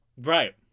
right